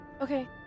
Okay